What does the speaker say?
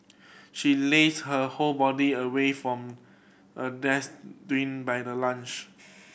she lazed her whole body away from a by the lunch